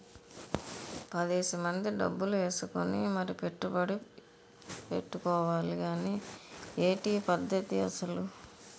పదేసి మంది డబ్బులు ఏసుకుని మరీ పెట్టుబడి ఎట్టుకోవాలి గానీ ఏటి ఈ పద్దతి అసలు?